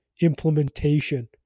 implementation